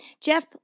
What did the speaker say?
Jeff